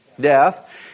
Death